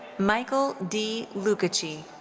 michael d. lucaci.